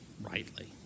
rightly